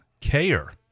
care